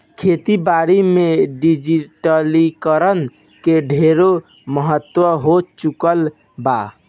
खेती बारी में डिजिटलीकरण के ढेरे महत्व हो चुकल बा